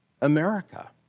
America